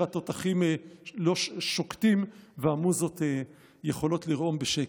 התותחים שוקטים והמוזות יכולות לרעום בשקט.